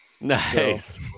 Nice